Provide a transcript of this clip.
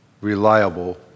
reliable